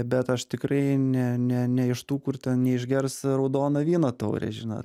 bet aš tikrai ne ne ne iš tų kur ten neišgers raudono vyno taurę žinot